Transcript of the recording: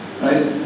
Right